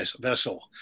vessel